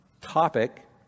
topic